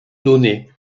données